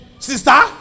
Sister